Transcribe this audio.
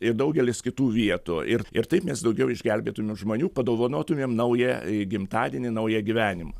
ir daugelis kitų vietų ir ir taip mes daugiau išgelbėtumėm žmonių padovanotumėm naują gimtadienį naują gyvenimą